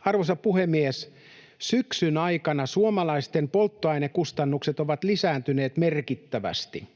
Arvoisa puhemies! Syksyn aikana suomalaisten polttoainekustannukset ovat lisääntyneet merkittävästi.